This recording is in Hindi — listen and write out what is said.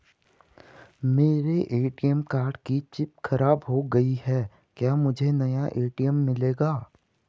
मेरे ए.टी.एम कार्ड की चिप खराब हो गयी है क्या मुझे नया ए.टी.एम मिलेगा?